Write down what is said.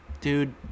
Dude